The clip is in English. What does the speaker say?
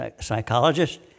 psychologist